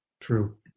True